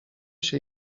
się